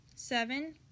Seven